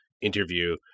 interview